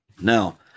now